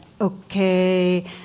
Okay